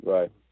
Right